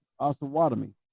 Osawatomie